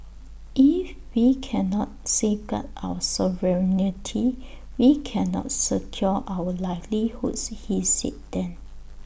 if we cannot safeguard our sovereignty we cannot secure our livelihoods he said then